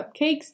cupcakes